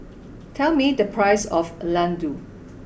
tell me the price of Laddu